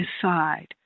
decide